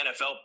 NFL